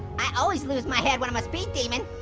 i always lose my head when i'm a speed demon.